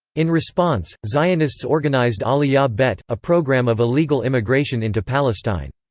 in response, zionists organised aliyah bet, a program of illegal immigration into palestine.